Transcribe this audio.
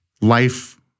life